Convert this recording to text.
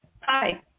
Hi